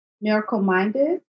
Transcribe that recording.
Miracle-Minded